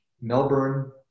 Melbourne